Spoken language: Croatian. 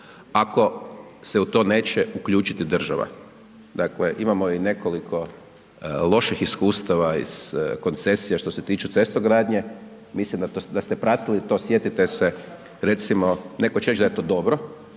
ako se u to neće uključit država, dakle, imamo i nekoliko loših iskustava iz koncesija što se tiču cestogradnje, mislim da ste pratili to, sjetite se, recimo, netko će reć da je to dobro,